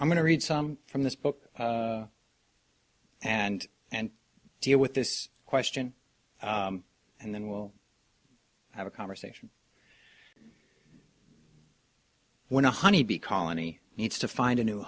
i'm going to read some from this book and and deal with this question and then we'll have a conversation when a honey bee colony needs to find a new